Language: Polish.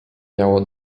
miało